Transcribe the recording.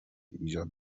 ایجاد